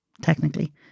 technically